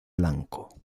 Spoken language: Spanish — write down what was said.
blanco